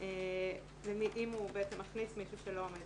אם הוא מכניס מישהו שלא עומד